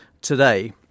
today